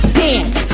dance